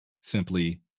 Simply